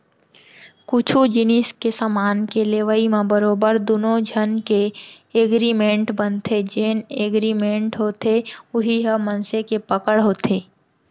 कुछु जिनिस के समान के लेवई म बरोबर दुनो झन के एगरिमेंट बनथे जेन एगरिमेंट होथे उही ह मनसे के पकड़ होथे